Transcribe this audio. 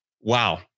Wow